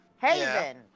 Haven